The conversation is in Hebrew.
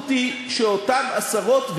המשמעות היא שאותם עשרות,